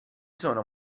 sono